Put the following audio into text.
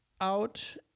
out